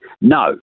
No